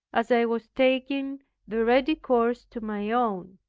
as i was taking the ready course to my own.